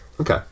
Okay